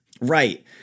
right